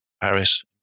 Paris